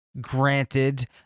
granted